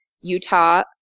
Utah